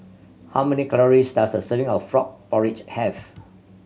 how many calories does a serving of frog porridge have